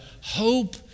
hope